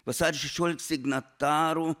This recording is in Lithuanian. vasario šešioliktos signatarų